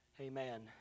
amen